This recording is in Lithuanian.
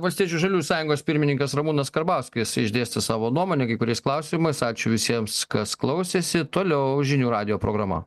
valstiečių žaliųjų sąjungos pirmininkas ramūnas karbauskis išdėstė savo nuomonę kai kuriais klausimais ačiū visiems kas klausėsi toliau žinių radijo programa